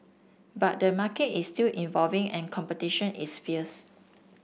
but the market is still evolving and competition is fierce